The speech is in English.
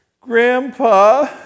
Grandpa